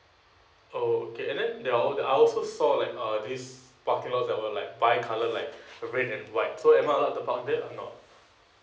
okay and then they are all then I also saw like uh these parking lots that were like bi colour like the red and white so am I allowed to park it or not